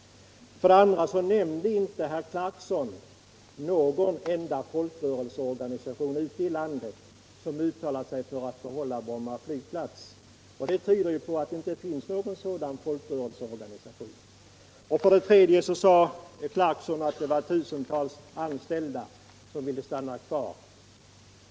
Vidare nämnde inte herr Clarkson någon enda folkrörelseorganisation ute i landet som uttalat sig för att behålla Bromma flygplats. Det tyder ju på att det inte finns någon sådan folkrörelseorganisation. Och slutligen sade Rolf Clarkson att det var tusentals anställda som ville stanna kvar.